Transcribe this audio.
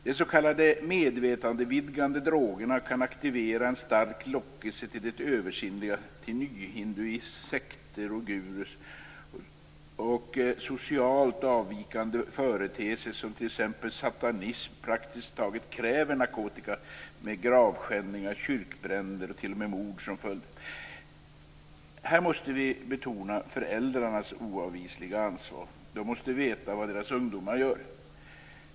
De s.k. medvetandevidgande drogerna kan aktivera en stark lockelse till det översinnliga, till nyhinduism, sekter och guruer. Socialt avvikande företeelser, t.ex. satanism, kräver praktiskt taget narkotika med gravskändningar, kyrkbränder och t.o.m. mord som följd. I detta sammanhang måste vi betona föräldrarnas oavvisliga ansvar. De måste veta vad deras ungdomar gör.